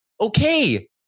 Okay